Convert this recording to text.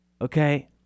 okay